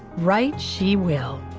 write she will.